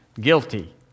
guilty